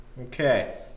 Okay